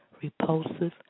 repulsive